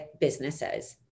businesses